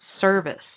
Service